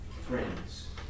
friends